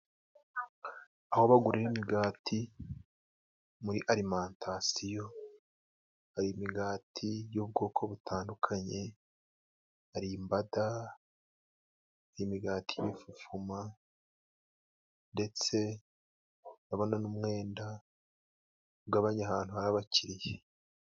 Aho bagurira imigati muri alimentasiyo, hari imigati y'ubwoko butandukanye, hari imbada, imigati y'imfufuma ndetse ndabona n'umwenda ugabanya ahantu habakiriye.